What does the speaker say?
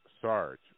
Sarge